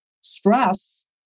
stress